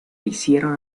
hicieron